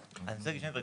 אני רוצה לומר שני דברים.